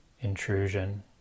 intrusion